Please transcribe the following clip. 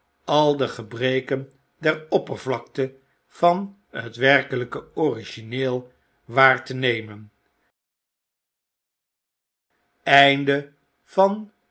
al de gebreken der oppervlakte vanhetwerkelyke origineel waar te nemen